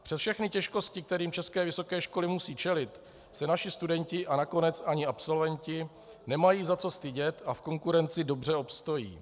Přes všechny těžkosti, kterým české vysoké školy musí čelit, se naši studenti a nakonec ani absolventi nemají za co stydět a v konkurenci dobře obstojí.